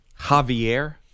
Javier